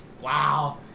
wow